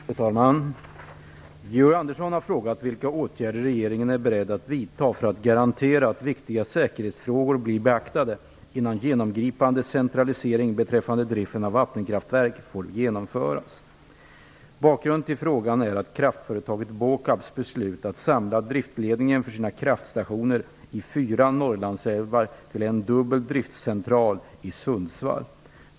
Fru talman! Georg Andersson har frågat vilka åtgärder regeringen är beredd att vidta för att garantera att viktiga säkerhetsfrågor blir beaktade innan genomgripande centralisering beträffande driften av vattenkraftverk får genomföras. Bakgrunden till frågan är kraftföretaget Båkabs beslut att samla driftledningen för sina kraftstationer i fyra Norrlandsälvar till en dubbel driftcentral i Sundsvall.